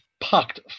packed